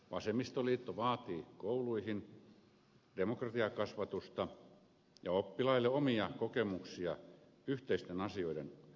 vasemmistoliitto vaatii kouluihin demokratiakasvatusta ja oppilaille omia kokemuksia yhteisten asioiden hoitamisessa